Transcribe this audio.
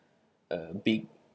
err big